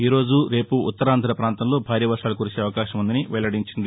ఈ రోజు రేపు ఉత్తరాంధ పాంతంలో భారీ వర్వాలు కురిసే అవకాశం ఉందని వెల్లడించింది